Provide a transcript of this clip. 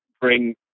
bring